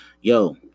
yo